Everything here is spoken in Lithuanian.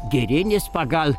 girinis pagal